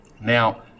Now